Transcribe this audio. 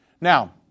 Now